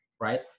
right